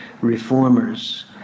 reformers